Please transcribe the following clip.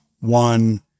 One